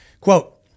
Quote